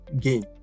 gain